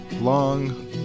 long